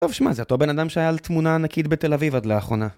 טוב, שמע, זה אותו בן אדם שהיה על תמונה ענקית בתל אביב עד לאחרונה.